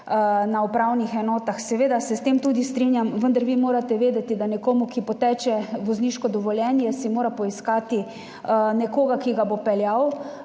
na upravnih enotah. Seveda se s tem tudi strinjam, vendar vi morate vedeti, da si mora nekdo, ki mu poteče vozniško dovoljenje, poiskati nekoga, ki ga bo peljal.